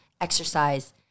exercise